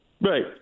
right